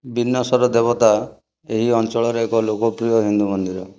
ବିନସର ଦେବତା ଏହି ଅଞ୍ଚଳରେ ଏକ ଲୋକପ୍ରିୟ ହିନ୍ଦୁ ମନ୍ଦିର